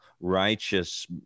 righteous